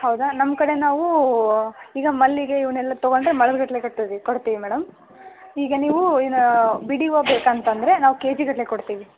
ಹೌದಾ ನಮ್ಮ ಕಡೆ ನಾವೂ ಈಗ ಮಲ್ಲಿಗೆ ಇವನ್ನೆಲ್ಲ ತಗೊಂಡ್ರೆ ಮಾರು ಗಟ್ಟಲೆ ಕಟ್ತೀವಿ ಕೊಡ್ತೀವಿ ಮೇಡಮ್ ಈಗ ನೀವು ಏನೂ ಬಿಡಿ ಹೂವು ಬೇಕಂತ ಅಂದರೆ ನಾವು ಕೆಜಿಗಟ್ಟಲೆ ಕೊಡ್ತೀವಿ